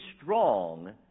strong